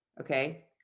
okay